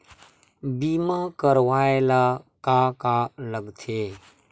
बीमा करवाय ला का का लगथे?